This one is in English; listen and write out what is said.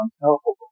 unhelpful